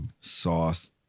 Sauce